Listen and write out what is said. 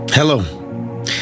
Hello